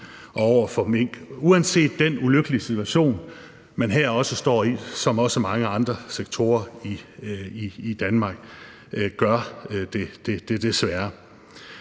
uanset den ulykkelige situation, som man også her, som i mange andre sektorer i Danmark, desværre